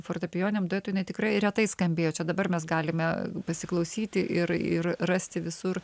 fortepijoniniam duetui jinai tikra retai skambėjo čia dabar mes galime pasiklausyti ir ir rasti visur